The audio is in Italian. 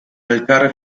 calcare